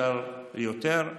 אפשר יותר,